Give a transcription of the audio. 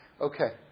Okay